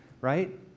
right